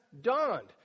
dawned